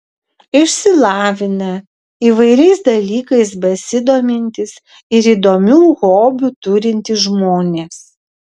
išsilavinę įvairiais dalykais besidomintys ir įdomių hobių turintys žmonės